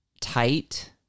tight